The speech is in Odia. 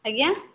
ଆଜ୍ଞା